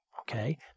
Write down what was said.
Okay